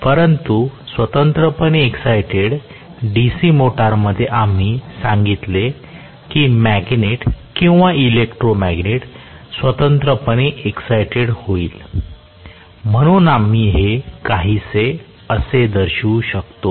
परंतु स्वतंत्रपणे excited DC मोटरमध्ये आम्ही सांगितले की मॅग्नेट किंवा इलेकट्रोमॅग्नेट स्वतंत्रपणे एक्सायटेड होईल म्हणून आम्ही हे काहीसे असे दर्शवू शकतो